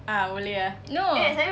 ah boleh ah no